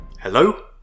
Hello